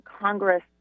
Congress